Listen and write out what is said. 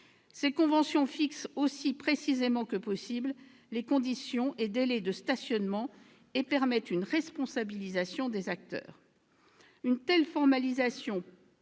Ces conventions fixent, aussi précisément que possible, les conditions et délais de stationnement et permettent une responsabilisation des acteurs. Une telle formalisation,